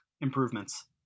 Improvements